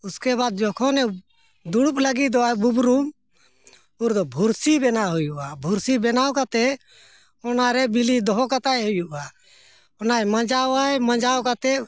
ᱩᱥᱠᱮ ᱵᱟᱫ ᱡᱚᱠᱷᱚᱱᱮ ᱫᱩᱲᱩᱵ ᱞᱟᱹᱜᱤᱫ ᱫᱚᱜᱼᱟ ᱵᱩᱵᱨᱩᱢ ᱩᱱᱫᱚ ᱵᱩᱨᱥᱤ ᱵᱮᱱᱟᱣ ᱦᱩᱭᱩᱜᱼᱟ ᱵᱩᱨᱥᱤ ᱵᱮᱱᱟᱣ ᱠᱟᱛᱮ ᱚᱱᱟᱨᱮ ᱵᱤᱞᱤ ᱫᱚᱦᱚ ᱠᱟᱛᱟᱭ ᱦᱩᱭᱩᱜᱼᱟ ᱚᱱᱟᱭ ᱢᱟᱡᱟᱣᱟᱭ ᱢᱟᱡᱟᱣ ᱠᱟᱛᱮ